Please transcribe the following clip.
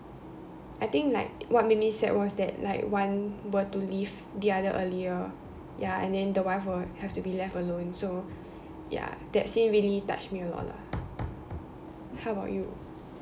I think like what made me sad was that like one were to leave the other earlier ya and then the wife will have to be left alone so ya that scene really touched me a lot lah ya how about you